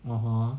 (uh huh)